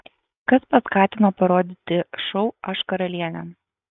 kas paskatino parodyti šou aš karalienė